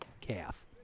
calf